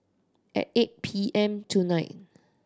at eight P M tonight